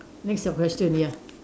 next your question ya